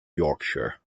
yorkshire